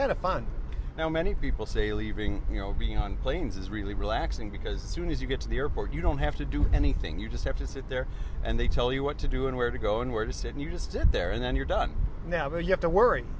fun now many people say leaving you know being on planes is really relaxing because soon as you get to the airport you don't have to do anything you just have to sit there and they tell you what to do and where to go and where to sit and you just sit there and then you're done now but you have to worry